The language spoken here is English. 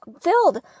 filled